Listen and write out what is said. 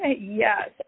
Yes